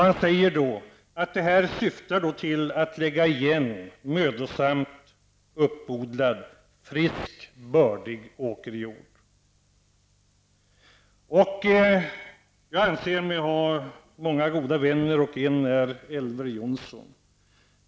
Han säger att det syftar till att lägga igen mödosamt uppodlad, frisk, bördig åkerjord. Jag anser mig ha många goda vänner, och en är Elver Jonsson.